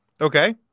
okay